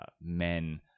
men